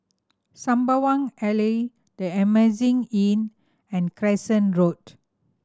Sembawang Alley The Amazing Inn and Crescent Road